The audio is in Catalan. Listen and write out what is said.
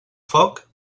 foc